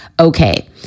okay